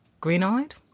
Green-eyed